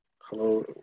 Hello